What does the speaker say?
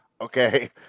Okay